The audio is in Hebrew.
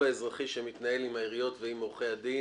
האזרחי שמתנהל עם העיריות ועם עורכי הדין